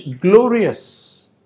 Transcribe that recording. glorious